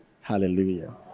Hallelujah